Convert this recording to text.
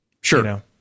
Sure